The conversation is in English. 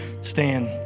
stand